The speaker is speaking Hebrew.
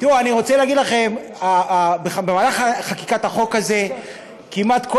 אני רוצה להגיד לכם שבמהלך חקיקת החוק הזה כמעט כל